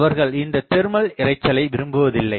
அவர்கள் இந்த தெர்மல் இரைச்சலை விரும்புவதில்லை